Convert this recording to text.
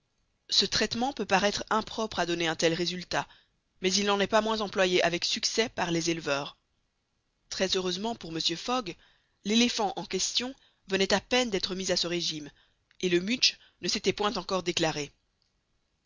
ce traitement peut paraître impropre à donner un tel résultat mais il n'en est pas moins employé avec succès par les éleveurs très heureusement pour mr fogg l'éléphant en question venait à peine d'être mis à ce régime et le mutsh ne s'était point encore déclaré